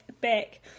back